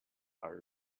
are